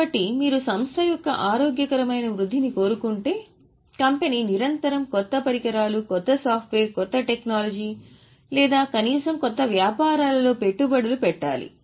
కాబట్టి మీరు సంస్థ యొక్క ఆరోగ్యకరమైన వృద్ధిని కోరుకుంటే కంపెనీ నిరంతరం కొత్త పరికరాలు కొత్త సాఫ్ట్వేర్ కొత్త టెక్నాలజీ లేదా కనీసం కొత్త వ్యాపారాలలో పెట్టుబడులు పెట్టాలి